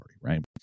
right